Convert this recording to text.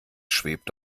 schwebt